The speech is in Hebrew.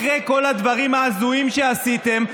אחרי כל הדברים ההזויים שעשיתם,